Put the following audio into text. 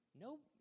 Nope